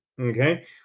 Okay